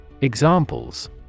Examples